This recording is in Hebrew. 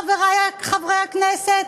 חברי חברי הכנסת?